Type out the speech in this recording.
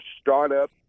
startup